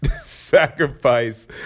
Sacrifice